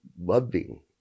loving